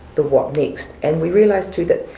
the what next. and we realized too that,